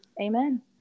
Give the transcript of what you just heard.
Amen